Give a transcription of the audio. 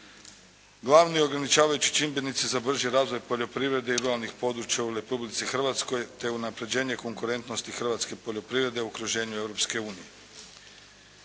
Glavni ograničavajući čimbenici za brži razvoj poljoprivrede i ruralnih područja u Republici Hrvatskoj te unapređenje konkurentnosti hrvatske poljoprivrede u okruženju je